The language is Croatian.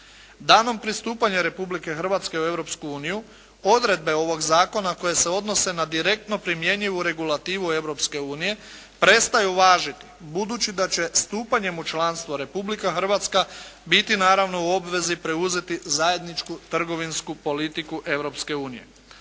Danom pristupanja Republike Hrvatske u Europsku uniju, odredbe ovog zakona koje se odnose na direktno primjenjivanu regulativu Europske unije prestaju važiti budući da će stupanjem u članstvo Republika Hrvatska biti naravno u obvezi preuzeti zajedničku trgovinsku politiku